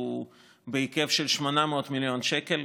הוא בהיקף של 800 מיליון שקל.